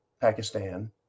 Pakistan